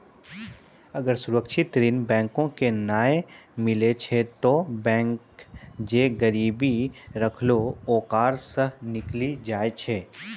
अगर सुरक्षित ऋण बैंको के नाय मिलै छै तै बैंक जे गिरबी रखलो ओकरा सं निकली जाय छै